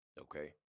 Okay